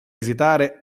esitare